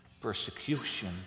persecution